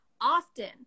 often